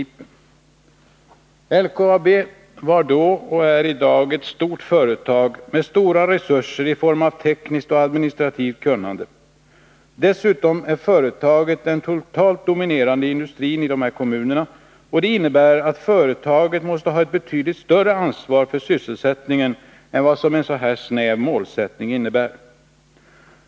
företag, m.m. LKAB var då, och är i dag, ett stort företag med stora resurser i form av tekniskt och administrativt kunnande. Dessutom är företaget den totalt dominerande industrin i de aktuella kommunerna. Det innebär att företaget måste ta ett betydligt större ansvar för sysselsättningen än vad en sådan här snäv målsättning innebär.